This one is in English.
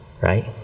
right